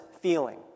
feeling